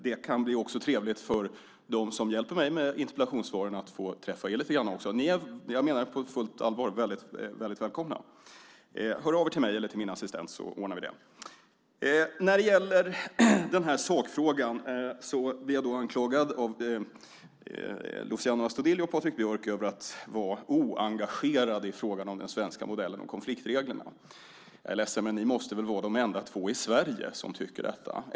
Det kan också bli trevligt för dem som hjälper mig med interpellationssvaren att få träffa er lite grann. Ni är, jag menar det på fullt allvar, väldigt välkomna! Hör av er till mig eller till min assistent så ordnar vi det! När det gäller sakfrågan blir jag anklagad av Luciano Astudillo och Patrik Björck för att vara oengagerad i fråga om den svenska modellen och konfliktreglerna. Jag är ledsen, men ni måste väl vara de enda två i Sverige som tycker detta!